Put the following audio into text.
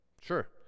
Sure